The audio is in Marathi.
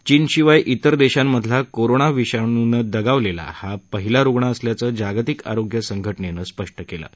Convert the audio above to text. चीनशिवाय ज्वेर देशांमधला कोरोना विषाणुनं दगावलेला हा पहिला रुग्ण असल्याचं जागतिक आरोग्य संघटनेनं स्पष्ट केलं आहे